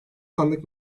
sandık